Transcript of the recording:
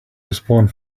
respond